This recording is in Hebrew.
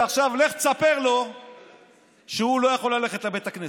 ועכשיו לך תספר לו שהוא לא יכול ללכת לבית הכנסת,